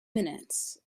minutes